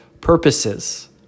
purposes